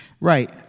Right